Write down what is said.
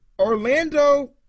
Orlando